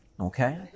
okay